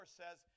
says